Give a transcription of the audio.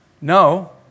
No